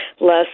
less